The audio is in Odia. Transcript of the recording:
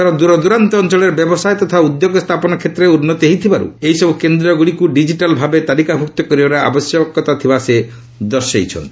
ଦେଶର ଦୂରଦୂରାନ୍ତ ଅଞ୍ଚଳରେ ବ୍ୟବସାୟ ତଥା ଉଦ୍ୟୋଗ ସ୍ଥାପନ କ୍ଷେତ୍ରରେ ଉନ୍ନତି ହୋଇଥିବାରୁ ଏହିସବୁ କେନ୍ଦ୍ରଗୁଡ଼ିକୁ ଡିକିଟାଲ୍ ଭାବେ ତାଲିକାଭୁକ୍ତ କରିବାର ଆବଶ୍ୟକତା ଥିବା କଥା ସେ ଦର୍ଶାଇଛନ୍ତି